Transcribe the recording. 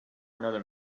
another